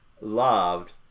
loved